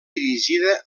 dirigida